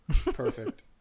perfect